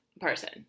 person